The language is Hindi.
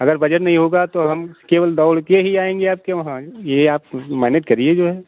अगर बजट नहीं होगा तो हम केवल दौड़ के ही आएँगे आपके वहाँ यह आप मैनेज करिए जो है